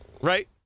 Right